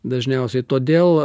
dažniausiai todėl